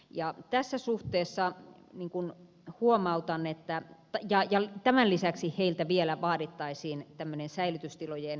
ja tässä suhteessa hyvin kun huomautan että idea ja tämän lisäksi heiltä vielä vaadittaisiin tämmöinen säilytystilojen erityiskoulutus